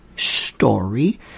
story